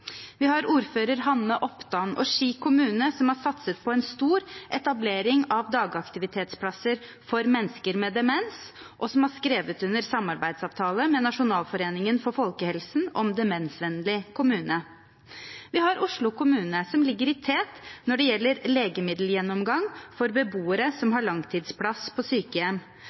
Vi har ordfører Hanne Opdan og Ski kommune, som har satset på en stor etablering av dagaktivitetsplasser for mennesker med demens, og som har skrevet under en samarbeidsavtale med Nasjonalforeningen for folkehelsen om demensvennlig kommune. Vi har Oslo kommune, som ligger i tet når det gjelder legemiddelgjennomgang for beboere som har langtidsplass på sykehjem.